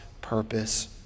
purpose